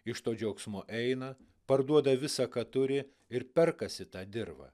iš to džiaugsmo eina parduoda visa ką turi ir perkasi tą dirvą